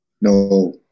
no